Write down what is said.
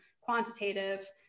quantitative